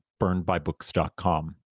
burnedbybooks.com